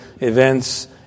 events